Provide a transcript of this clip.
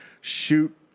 shoot